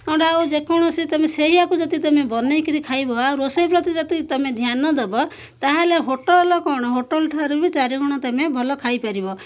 କ ଆଉ ଯେକୌଣସି ତମେ ସେଇୟାକୁ ଯଦି ତମେ ବନେଇକିରି ଖାଇବ ଆଉ ରୋଷେଇ ପ୍ରତି ଯଦି ତମେ ଧ୍ୟାନ ଦବ ତାହେଲେ ହୋଟଲ କଣ ହୋଟଲ ଠାରୁ ବି ଚାରିଗଣ ତମେ ଭଲ ଖାଇପାରିବ